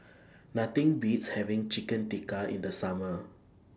Nothing Beats having Chicken Tikka in The Summer